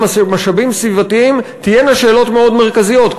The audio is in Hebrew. משאבים סביבתיים תהיינה שאלות מאוד מרכזיות,